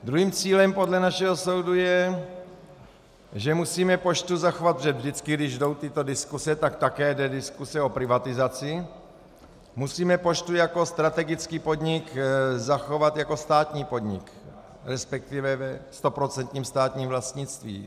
Druhým cílem podle našeho soudu je, že musím poštu zachovat, protože vždycky, když jdou tyto diskuse, tak také jde diskuse o privatizaci, musíme poštu jako strategický podnik zachovat jako státní podnik, resp. ve stoprocentním státním vlastnictví.